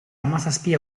hamazazpi